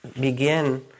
begin